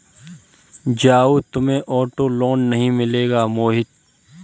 जाओ, तुम्हें auto loan नहीं मिलेगा मोहित